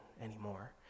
anymore